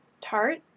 tart